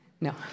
No